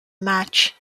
match